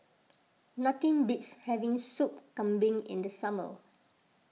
nothing beats having Soup Kambing in the summer